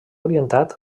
orientat